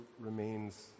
remains